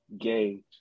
gay